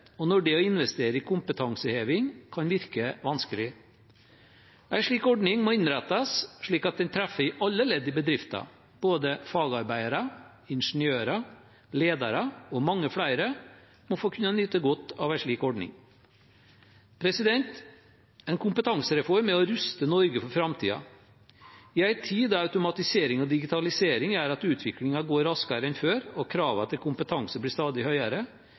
og når det å investere i kompetanseheving kan virke vanskelig. En slik ordning må innrettes slik at den treffer i alle ledd i bedriften. Både fagarbeidere, ingeniører, ledere og mange flere må få kunne nyte godt av en slik ordning. En kompetansereform er å ruste Norge for framtiden. I en tid da automatisering og digitalisering gjør at utviklingen går raskere enn før og kravene til kompetanse blir stadig høyere,